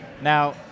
Now